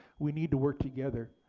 we need to work together.